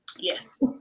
Yes